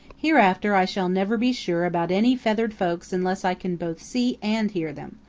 hereafter i shall never be sure about any feathered folks unless i can both see and hear them.